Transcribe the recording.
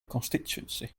constituency